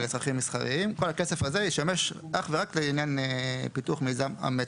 לצרכים מסחריים כל הכסף הזה ישמש אך ורק לעניין פיתוח מיזם המטרו.